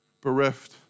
bereft